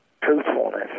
truthfulness